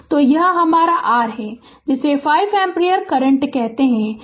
तो यह हमारा r है जिसे 5 एम्पीयर करंट कहते हैं